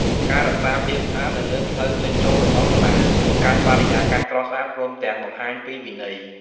ការរក្សាភាពស្អាតនៅលើផ្លូវចេញចូលរបស់សាលា បង្កើតបរិយាកាសស្រស់ស្អាត ព្រមទាំងបង្ហាញពីវិន័យ។